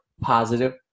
positive